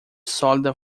sólida